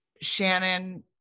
Shannon